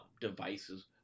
Devices